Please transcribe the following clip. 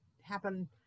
happen